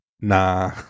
Nah